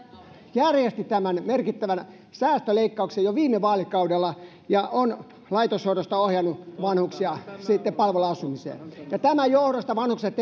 järjesti tämän merkittävän säästöleikkauksen jo viime vaalikaudella ja on laitoshoidosta ohjannut vanhuksia sitten palveluasumiseen tämän johdosta vanhukset